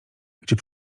gdzie